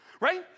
Right